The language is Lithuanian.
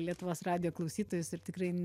lietuvos radijo klausytojus ir tikrai